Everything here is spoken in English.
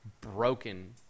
broken